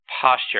posture